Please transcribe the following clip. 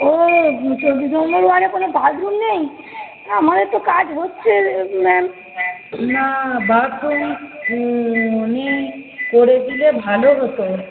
ও চব্বিশ নম্বর ওয়ার্ডে কোনো বাথরুম নেই আমাদের তো কাজ হচ্ছে ম্যাম না বাথরম উনি করে দিলে ভালো হতো